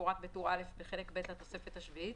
כמפורט בטור א' בחלק ב' לתוספת השביעית,